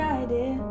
idea